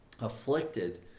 afflicted